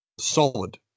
solid